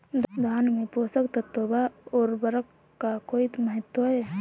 धान में पोषक तत्वों व उर्वरक का कोई महत्व है?